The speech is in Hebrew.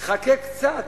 חכה קצת